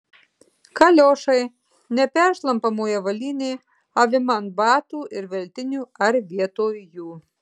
kaliošai neperšlampamoji avalynė avima ant batų ir veltinių ar vietoj jų